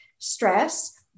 stress